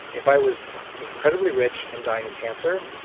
if i was incredibly rich and dying of cancer,